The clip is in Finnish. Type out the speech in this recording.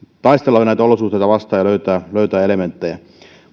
taistella näitä olosuhteita vastaan ja löytää elementtejä